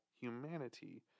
humanity